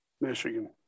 Michigan